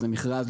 מכרז,